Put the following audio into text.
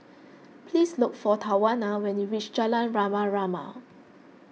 please look for Tawanna when you reach Jalan Rama Rama